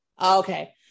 Okay